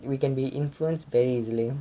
we can be influenced very easily